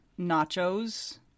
Nachos